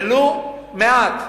ולו מעט,